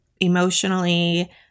emotionally